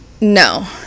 no